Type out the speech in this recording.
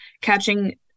catching